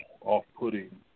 off-putting